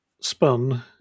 spun